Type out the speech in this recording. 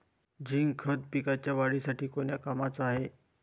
Zinc खत पिकाच्या वाढीसाठी कोन्या कामाचं हाये?